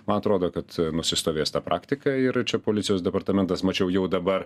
man atrodo kad nusistovės ta praktika ir čia policijos departamentas mačiau jau dabar